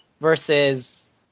versus